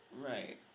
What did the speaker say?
Right